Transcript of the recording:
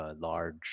large